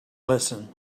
listen